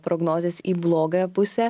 prognozės į blogąją pusę